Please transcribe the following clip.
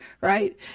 Right